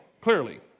clearly